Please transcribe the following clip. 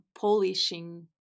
polishing